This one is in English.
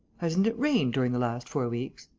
hasn't it rained during the last four weeks?